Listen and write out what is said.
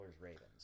Ravens